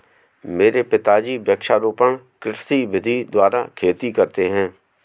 मेरे पिताजी वृक्षारोपण कृषि विधि द्वारा खेती करते हैं